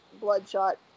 bloodshot